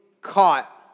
caught